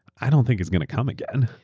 i don't think it's going to come again.